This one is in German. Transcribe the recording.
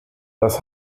das